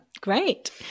Great